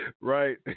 Right